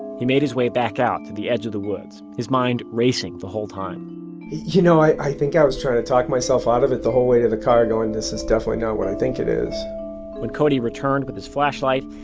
he made his way back out to the edge of the woods, his mind racing the whole time you know, i think i was trying to talk myself out of it the whole way to the car, going this is definitely not what i think it is when cody returned with his flashlight,